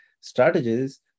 strategies